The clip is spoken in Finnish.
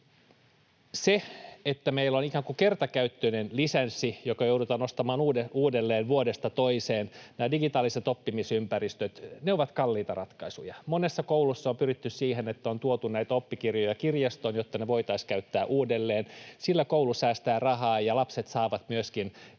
Se, että meillä on ikään kuin kertakäyttöinen lisenssi, joka joudutaan ostamaan uudelleen vuodesta toiseen, nämä digitaaliset oppimisympäristöt — ne ovat kalliita ratkaisuja. Monessa koulussa on pyritty siihen, että on tuotu näitä oppikirjoja kirjastoon, jotta niitä voitaisiin käyttää uudelleen. Sillä koulu säästää rahaa ja lapset saavat myöskin